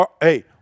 Hey